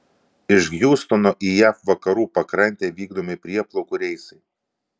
iš hjustono į jav vakarų pakrantę vykdomi prieplaukų reisai